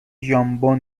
ژامبون